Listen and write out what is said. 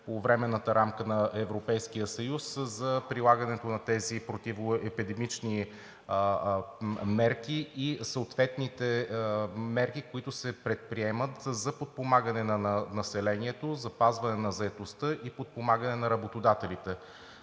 по Временната рамка на Европейския съюз за прилагането на тези противоепидемични мерки и съответните мерки, които се предприемат за подпомагане на населението – запазване на заетостта и подпомагане на работодателите.